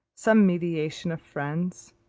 some mediation of friends,